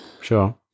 Sure